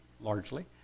largely